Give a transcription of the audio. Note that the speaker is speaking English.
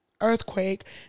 earthquake